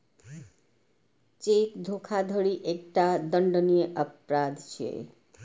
cheque धोखाधड़ी एकटा दंडनीय अपराध छियै